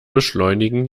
beschleunigen